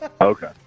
Okay